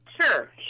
Sure